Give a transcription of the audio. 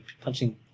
punching